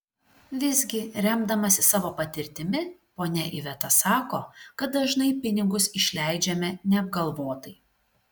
visgi remdamasi savo patirtimi ponia iveta sako kad dažnai pinigus išleidžiame neapgalvotai